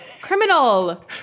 Criminal